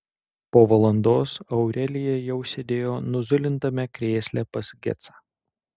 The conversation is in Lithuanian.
po valandos aurelija jau sėdėjo nuzulintame krėsle pas gecą